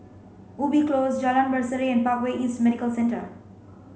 Ubi Close Jalan Berseri and Parkway East Medical Centre